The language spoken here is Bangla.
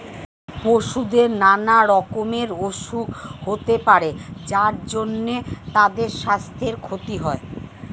পশুদের নানা রকমের অসুখ হতে পারে যার জন্যে তাদের সাস্থের ক্ষতি হয়